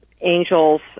Angels